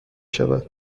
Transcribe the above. شود